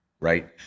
Right